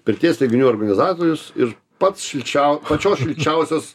pirties renginių organizatorius ir pats šilčiau pačios šilčiausios